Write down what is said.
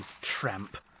tramp